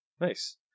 Nice